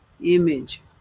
image